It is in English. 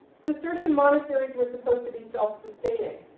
cistercian monasteries were supposed to be self-sustaining,